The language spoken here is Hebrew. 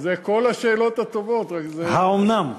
זה כל השאלות הטובות, רק זה, האומנם?